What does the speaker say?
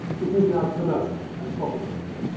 it is now commercial and profit-making.